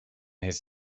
his